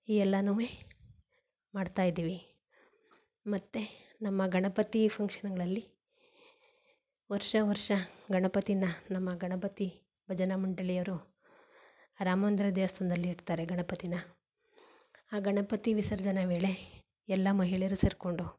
ಈ ಎಲ್ಲಾನು ಮಾಡ್ತಾ ಇದ್ದೀವಿ ಮತ್ತು ನಮ್ಮ ಗಣಪತಿ ಫಂಕ್ಷನ್ನುಗಳಲ್ಲಿ ವರ್ಷ ವರ್ಷ ಗಣಪತಿನ ನಮ್ಮ ಗಣಪತಿ ಭಜನಾ ಮಂಡಳಿಯರು ರಾಮ ಮಂದಿರ ದೇವಸ್ಥಾನ್ದಲ್ಲಿ ಇಡ್ತಾರೆ ಗಣಪತಿನ ಆ ಗಣಪತಿ ವಿಸರ್ಜನೆ ವೇಳೆ ಎಲ್ಲ ಮಹಿಳೆಯರು ಸೇರಿಕೊಂಡು